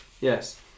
Yes